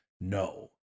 no